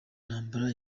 ntambara